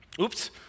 oops